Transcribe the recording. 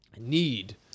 need